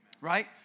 Right